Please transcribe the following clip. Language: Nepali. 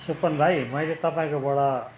सुपन भाइ मैले तपाईँकोबाट